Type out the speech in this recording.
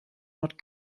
not